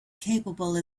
capable